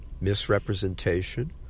misrepresentation